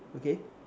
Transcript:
okay